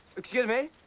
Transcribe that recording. excuse me?